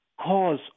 cause